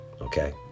Okay